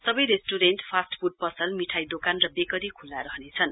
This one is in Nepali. सबै रेस्टूरेन्ट फास्ट फूड पसल मिठाइ दोकान र वेकरी खुल्ला रहनेछन्